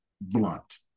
blunt